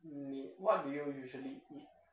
你 what do you usually eat